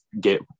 get